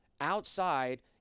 outside